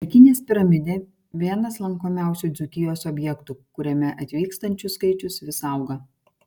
merkinės piramidė vienas lankomiausių dzūkijos objektų kuriame atvykstančių skaičius vis auga